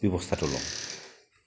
ব্যৱস্থাটো লওঁ